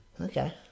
Okay